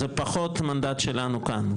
זה פחות מנדט שלנו כאן,